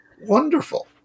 wonderful